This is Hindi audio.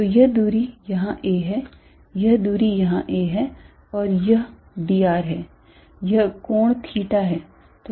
तो यह दूरी यहाँ a है यह दूरी यहाँ a है और यह dr है यह कोण theta है